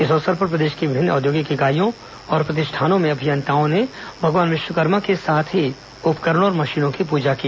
इस अवसर पर प्रदेश की विभिन्न औद्योगिक इकाईयों और प्रतिष्ठानों में अभियंताओं ने भगवान विश्वकर्मा के साथ ही उपकरणों और मशीनों की पूजा की